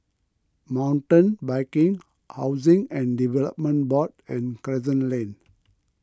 Mountain Biking Housing and Development Board and Crescent Lane